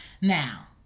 Now